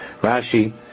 Rashi